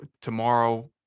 tomorrow